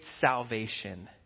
salvation